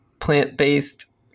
plant-based